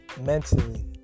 mentally